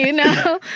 you know?